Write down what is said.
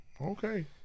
Okay